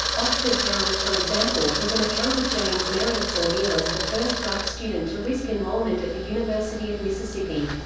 oxford town, for example, was an account of james meredith's ordeal as the first black student to risk enrollment at the university of mississippi.